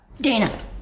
Dana